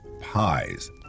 pies